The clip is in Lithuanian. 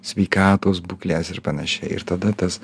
sveikatos būklės ir panašiai ir tada tas